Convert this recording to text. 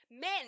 men